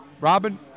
Robin